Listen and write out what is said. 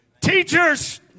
Teachers